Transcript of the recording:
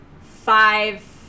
five